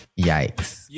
Yikes